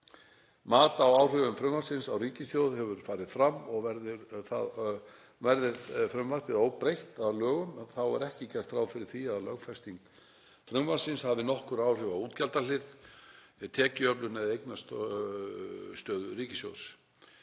Mat á áhrifum frumvarpsins á ríkissjóð hefur farið fram og verði frumvarpið óbreytt að lögum er ekki gert ráð fyrir að lögfesting frumvarpsins hafi nokkur áhrif á útgjaldahlið, tekjuöflun eða eignastöðu ríkissjóðs.